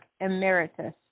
Emeritus